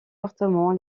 fortement